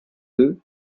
eux